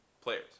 players